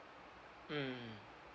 mm